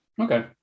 okay